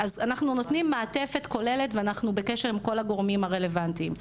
אנחנו נותנים מעטפת כוללת ונמצאים בקשר עם כל הגורמים הרלוונטיים.